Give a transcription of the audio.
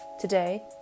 Today